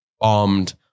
bombed